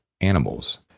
animals